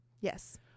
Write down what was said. Yes